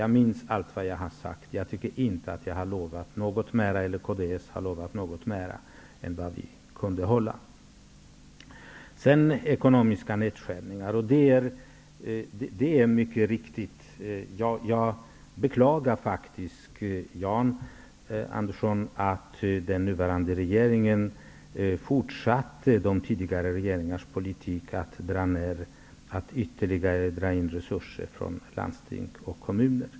Jag minns allt jag sagt, men jag tycker inte att vi, alltså vare sig jag eller mitt parti, har lovat mer än vad vi kunnat hålla. Sedan till frågan om ekonomiska nedskärningar. Ja, jag beklagar faktiskt, Jan Andersson, att den nuvarande regeringen fortsatte med tidigare regeringars politik med ytterligare indragningar av resurser från landsting och kommuner.